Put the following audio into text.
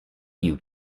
you